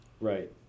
Right